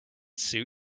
suit